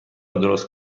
درست